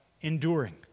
enduring